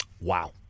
Wow